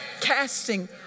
Casting